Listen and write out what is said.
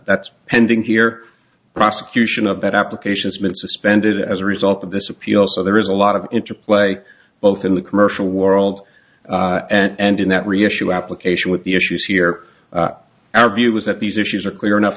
that's pending here prosecution of that application has been suspended as a result of this appeal so there is a lot of interplay both in the commercial world and in that reissue application with the issues here our view is that these issues are clear enough